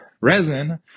resin